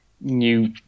new